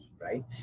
right